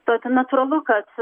todėl natūralu kad